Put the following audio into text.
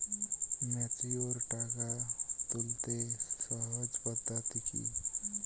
Mature টাকা তুলতে সহজ পদ্ধতি কি?